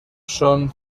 son